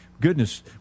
Goodness